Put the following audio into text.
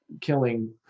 killing